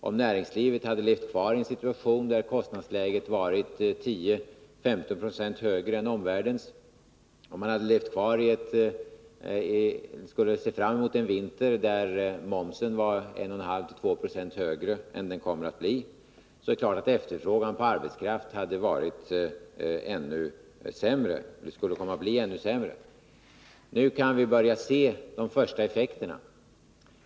Om näringslivet hade levt kvari en situation där kostnadsläget varit 10-15 96 högre än omvärldens och om vi hade kunnat se fram emot en vinter där momsen var 1,5-2 90 högre än den kommer att bli, är det klart att efterfrågan på arbetskraft varit ännu mindre. Nu kan vi börja se de första effekterna.